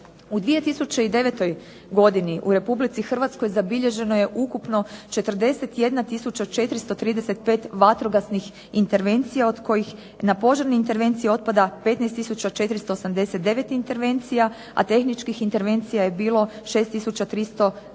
U 2009. godini u Republici Hrvatskoj zabilježeno je ukupno 41435 vatrogasnih intervencija od kojih na požarne intervencije otpada 15489 intervencija, a tehničkih intervencija je bilo 6391